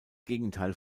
gegenteil